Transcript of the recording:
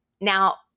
Now